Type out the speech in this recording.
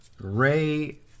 Ray